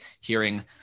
hearing